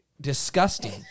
disgusting